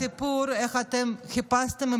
אני מכירה את הסיפור איך אתם חיפשתם עם